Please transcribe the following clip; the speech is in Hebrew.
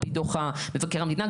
על פי דוח מבקר המדינה,